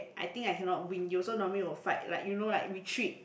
I think I cannot win you so normally will fight like you know like retreat